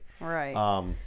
Right